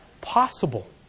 possible